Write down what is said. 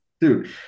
dude